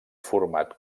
format